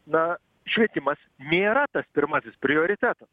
na švietimas nėra tas pirmasis prioritetas